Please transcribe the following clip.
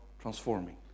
transforming